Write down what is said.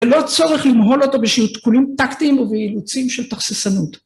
ללא צורך למהול אותו בשביל תקולים טקטיים ובאילוצים של תכססנות.